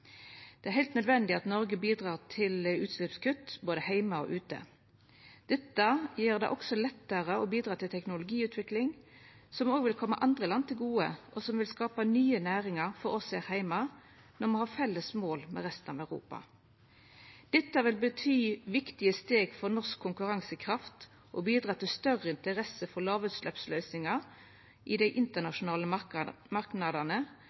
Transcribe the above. Det er heilt nødvendig at Noreg bidreg til utsleppskutt både heime og ute. Dette gjer det også lettare å bidra til teknologiutvikling, som òg vil koma andre land til gode, og som vil skapa nye næringar for oss her heime, når me har felles mål med resten av Europa. Dette vil bety viktige steg for norsk konkurransekraft og bidra til større interesse for lågutsleppsløysingar i dei